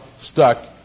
stuck